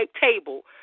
table